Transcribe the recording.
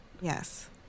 Yes